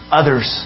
others